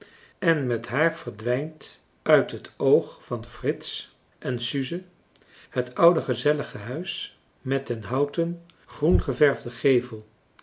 en met haar verdwijnt uit het oog van frits en suze het oude gezellige huis met den houten groengeverfden gevel